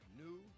new